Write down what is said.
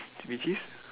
which is